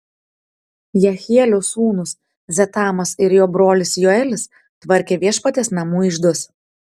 jehielio sūnūs zetamas ir jo brolis joelis tvarkė viešpaties namų iždus